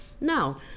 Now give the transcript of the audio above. No